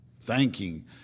thanking